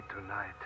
tonight